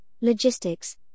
logistics